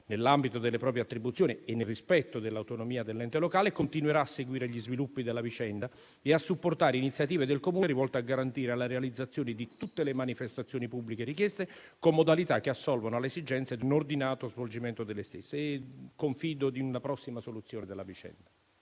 nell'ambito delle proprie attribuzioni e nel rispetto dell'autonomia dell'ente locale, continuerà a seguire gli sviluppi della vicenda e a supportare iniziative del Comune volte a garantire la realizzazione di tutte le manifestazioni pubbliche richieste con modalità che assolvono alle esigenze di un ordinato svolgimento delle stesse. Confido in una prossima soluzione della vicenda.